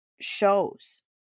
shows